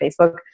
Facebook